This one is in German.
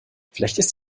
vielleicht